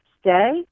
stay